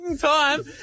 Time